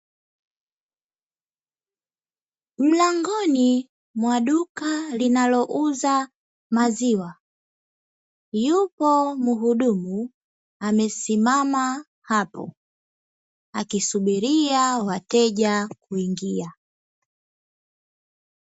Mlangoni mwa duka linalouza maziwa, yupo mhudumu amesimama hapo, akisubiria wateja kuingia.